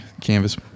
canvas